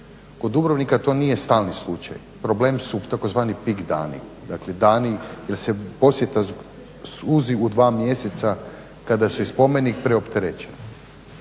Kod Dubrovnika to nije stalni slučaj. Problem su takozvani pik dani, dakle dani jer se posjeta suzi u dva mjeseca kada su i spomenik preopterećeni.